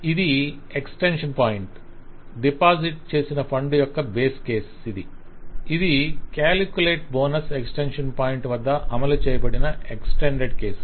ఇది extension point deposit చేసిన fund యొక్క బేస్ కేసు ఇది ఇది క్యాలిక్యులేట్ బోనస్ ఎక్స్టెన్షన్ పాయింట్ వద్ద అమలు చేయబడే ఎక్స్టెండెడ్ కేసు